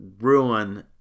ruin